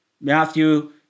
Matthew